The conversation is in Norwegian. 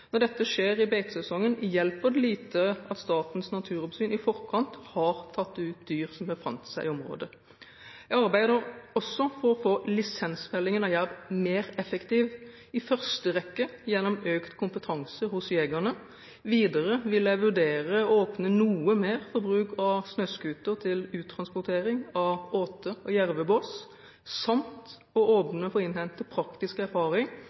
Når dette skjer i beitesesongen, hjelper det lite at Statens naturoppsyn i forkant har tatt ut dyr som befant seg i området. Jeg arbeider også for å få lisensfellingen av jerv mer effektiv, i første rekke gjennom økt kompetanse hos jegerne. Videre vil jeg vurdere å åpne noe mer for bruk av snøskuter til uttransportering av åte og jervebås samt å åpne for å innhente praktisk